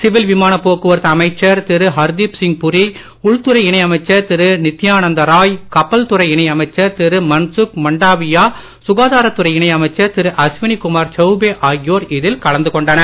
civil விமான போக்குவரத்து அமைச்சர் திரு ஹர்தீப் சிங் புரி உள்துறை இணை அமைச்சர் திரு நித்தியானந்த ராய் கப்பல் துறை இணை அமைச்சர் திரு மன்சுக் மண்டாவியா சுகாதாரத் துறை இணை அமைச்சர் திரு அஸ்வினி குமார் சௌபே ஆகியோர் இதில் கலந்து கொண்டனர்